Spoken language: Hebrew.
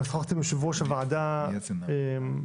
גם שוחחתי עם יושב-ראש הוועדה, טאהא,